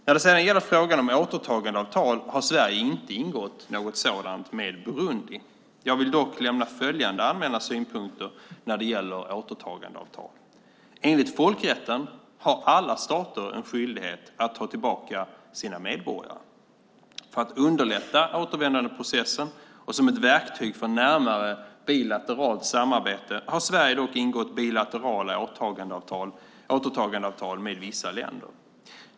När det sedan gäller frågan om återtagandeavtal har Sverige inte ingått något sådant med Burundi. Jag vill dock lämna följande allmänna synpunkter när det gäller återtagandeavtal. Enligt folkrätten har alla stater en skyldighet att ta tillbaka sina medborgare. För att underlätta återvändandeprocessen och som ett verktyg för närmare bilateralt samarbete har Sverige dock ingått bilaterala återtagandeavtal med vissa länder.